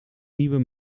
nieuwe